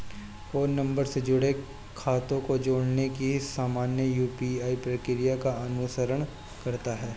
phone number से जुड़े खातों को जोड़ने की सामान्य यू.पी.आई प्रक्रिया का अनुसरण करता है